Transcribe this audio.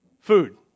food